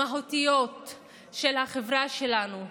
המהותיות של החברה שלנו.